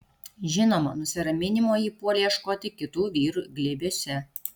žinoma nusiraminimo ji puolė ieškoti kitų vyrų glėbiuose